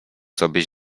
sobie